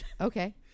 Okay